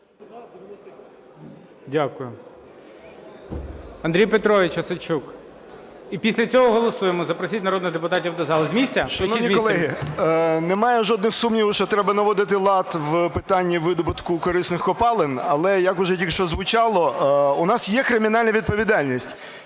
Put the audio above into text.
Дякую. Андрій Петрович Осадчук. І після цього голосуємо. Запросіть народних депутатів до зали. З місця? Включіть з місця. 11:40:23 ОСАДЧУК А.П. Шановні колеги, немає жодних сумнівів, що треба наводити лад в питанні видобутку корисних копалин. Але, як уже тільки що звучало, у нас є кримінальна відповідальність,